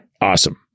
Awesome